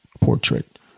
portrait